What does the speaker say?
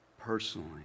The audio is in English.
personally